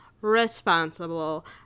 responsible